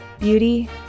Beauty